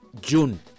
June